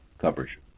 coverage